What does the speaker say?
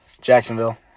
Jacksonville